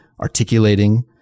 articulating